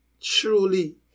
truly